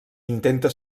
intenta